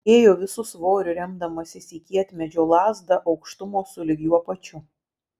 ėjo visu svoriu remdamasis į kietmedžio lazdą aukštumo sulig juo pačiu